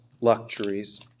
luxuries